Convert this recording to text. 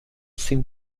seem